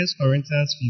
Corinthians